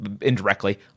indirectly